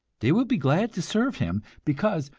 they will be glad to serve him, because,